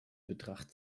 betracht